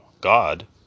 God